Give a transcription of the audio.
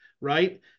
right